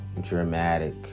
dramatic